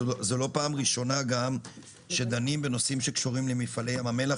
זו לא פעם ראשונה שדנים בנושאים שקשורים למפעלי ים המלח,